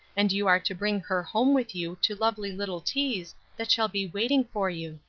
and you are to bring her home with you to lovely little teas that shall be waiting for you.